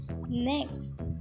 Next